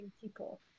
people